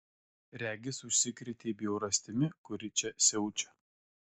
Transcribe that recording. regis užsikrėtei bjaurastimi kuri čia siaučia